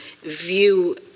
view